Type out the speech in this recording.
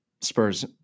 Spurs